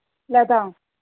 लता